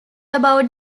about